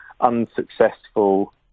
unsuccessful